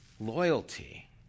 loyalty